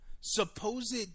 supposed